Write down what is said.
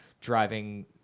driving